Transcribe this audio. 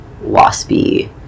waspy